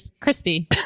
Crispy